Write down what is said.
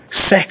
Sex